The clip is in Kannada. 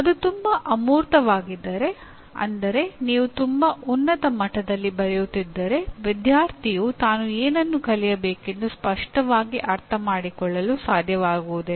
ಅದು ತುಂಬಾ ಅಮೂರ್ತವಾಗಿದ್ದರೆ ಅಂದರೆ ನೀವು ತುಂಬಾ ಉನ್ನತ ಮಟ್ಟದಲ್ಲಿ ಬರೆಯುತ್ತಿದ್ದರೆ ವಿದ್ಯಾರ್ಥಿಯು ತಾನು ಏನನ್ನು ಕಲಿಯಬೇಕೆಂದು ಸ್ಪಷ್ಟವಾಗಿ ಅರ್ಥಮಾಡಿಕೊಳ್ಳಲು ಸಾಧ್ಯವಾಗುವುದಿಲ್ಲ